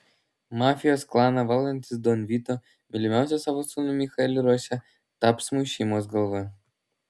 mafijos klaną valdantis don vito mylimiausią savo sūnų michaelį ruošia tapsmui šeimos galva